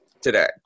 today